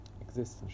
existence